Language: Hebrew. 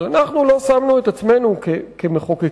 אבל אנחנו לא שמנו את עצמנו כמחוקקים,